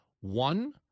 one